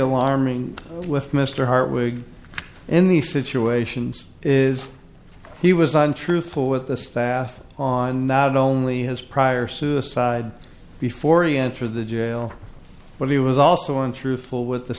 alarming with mr hart wig in these situations is he was untruthful with the staff on not only his prior suicide before he entered the jail but he was also untruthful with the